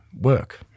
work